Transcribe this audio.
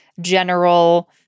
general